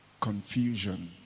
confusion